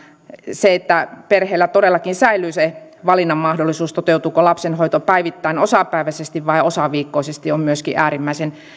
se että perheellä todellakin säilyy se valinnanmahdollisuus toteutuuko lapsenhoito päivittäin osapäiväisesti vai osaviikkoisesti on myöskin äärimmäisen